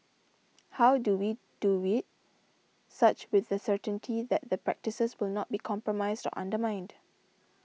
how do we do it such with the certainty that the practices will not be compromised undermined